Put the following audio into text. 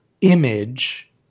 image